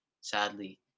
sadly